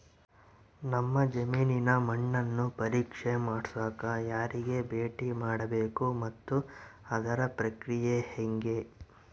ನಮ್ಮ ಜಮೇನಿನ ಮಣ್ಣನ್ನು ಪರೇಕ್ಷೆ ಮಾಡ್ಸಕ ಯಾರಿಗೆ ಭೇಟಿ ಮಾಡಬೇಕು ಮತ್ತು ಅದರ ಪ್ರಕ್ರಿಯೆ ಹೆಂಗೆ?